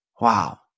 Wow